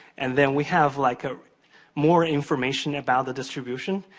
and then we have like ah more information about the distribution.